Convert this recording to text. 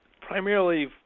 primarily